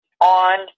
on